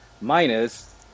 minus